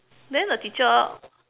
then the teacher